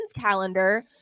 calendar